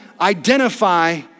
identify